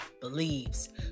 believes